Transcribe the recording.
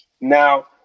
Now